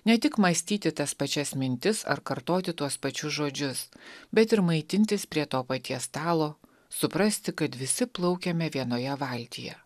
ne tik mąstyti tas pačias mintis ar kartoti tuos pačius žodžius bet ir maitintis prie to paties stalo suprasti kad visi plaukiame vienoje valtyje